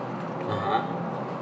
(uh huh)